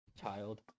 Child